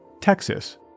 Texas